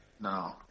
No